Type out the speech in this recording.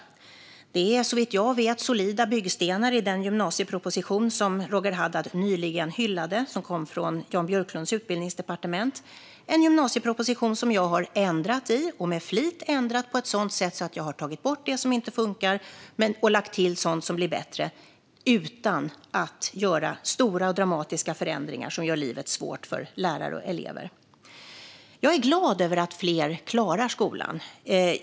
De här programmen och kurserna är såvitt jag vet solida byggstenar i den gymnasieproposition som Roger Haddad nyligen hyllade och som kom från Jan Björklunds utbildningsdepartement - en gymnasieproposition som jag har ändrat i med flit på ett sådant sätt att jag har tagit bort sådant som inte funkar och lagt till sådant som blir bättre utan att göra stora och dramatiska förändringar som gör livet svårt för lärare och elever. Jag är glad över att fler klarar skolan.